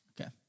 Okay